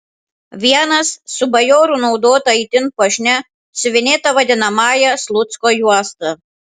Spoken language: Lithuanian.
vienas su bajorų naudota itin puošnia siuvinėta vadinamąja slucko juosta